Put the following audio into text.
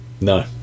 No